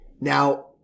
Now